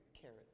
carrot